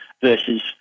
versus